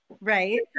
Right